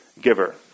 giver